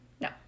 no